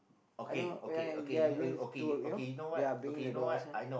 I don't know when they are going to work you know they are banging the doors you know